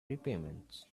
repayments